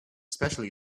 especially